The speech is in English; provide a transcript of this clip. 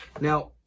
Now